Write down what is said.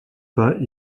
pas